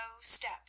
step